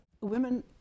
women